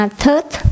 third